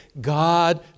God